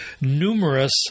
numerous